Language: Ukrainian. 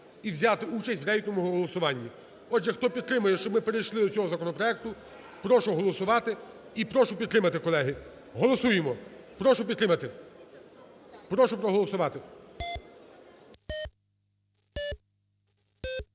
і взяти участь у рейтинговому голосуванні. Отже, хто підтримує, щоб ми перейшли до цього законопроекту, прошу проголосувати і прошу підтримати, колеги. Голосуємо, прошу підтримати. Прошу проголосувати.